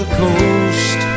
coast